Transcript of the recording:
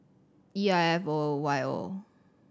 E I F O Y O